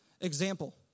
example